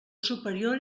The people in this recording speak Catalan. superior